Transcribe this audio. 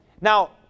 Now